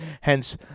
hence